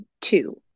Two